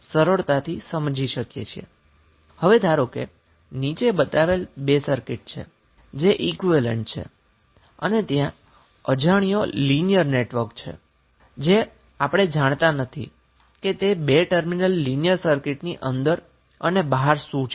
હવે ધારો કે નીચે બતાવેલ બે સર્કિટ છે જે ઈક્વીવેલેન્ટ છે અને ત્યાં અજાણ્યો લિનીયર નેટવર્ક છે જ્યાં આપણે જાણતા નથી કે તે બે ટર્મિનલ લિનીયર સર્કિટની અંદર અને બહાર શું છે